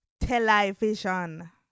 television